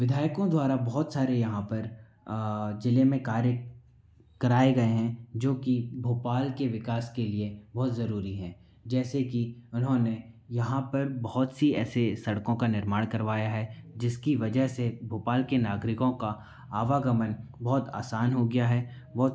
विधायकों द्वारा बहुत सारे यहाँ पर जिले में कार्य कराए गए हैं जो कि भोपाल के विकास के लिए बहुत जरूरी है जैसे कि उन्होंने यहाँ पर बहुत सी ऐसी सड़कों का निर्माण करवाया है जिसकी वजह से भोपाल के नागरिकों का आवागमन बहुत आसान हो गया है व